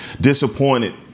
disappointed